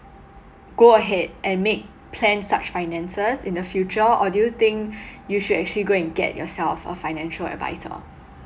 go ahead and make plan such finances in the future or do you think you should actually go and get yourself a financial advisor